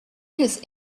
his